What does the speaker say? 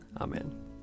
Amen